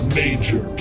major